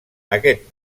aquest